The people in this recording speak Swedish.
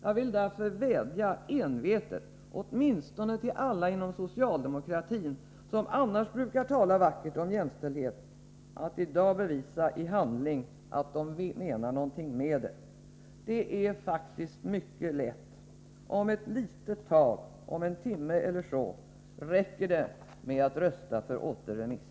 Jag vill vädja envetet till åtminstone alla inom socialdemokratin, som annars brukar tala vackert om jämställdhet, att i dag bevisa i handling att de menar något med det. Det är faktiskt mycket lätt: om ett litet tag, om en timme eller så, räcker det med att rösta för återremiss.